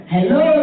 Hello